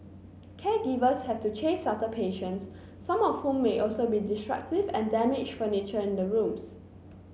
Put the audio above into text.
caregivers have to chase after patients some of whom may also be destructive and damage furniture in the rooms